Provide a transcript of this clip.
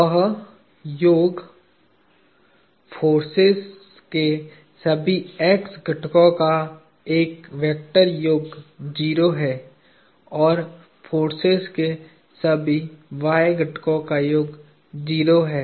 वह योग फोर्सेज के सभी x घटकों का एक वेक्टर योग 0 है और फोर्सेज के सभी y घटकों का योग 0 है है